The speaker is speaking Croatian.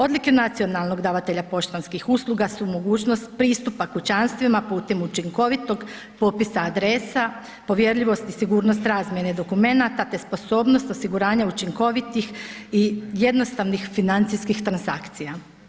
Odlike nacionalnog davatelja poštanskih usluga su mogućnost pristupa kućanstvima putem učinkovitog popisa adresa, povjerljivost i sigurnost razmjene dokumenata te sposobnost, osiguranje, učinkovitih i jednostavnih financijskih transakcija.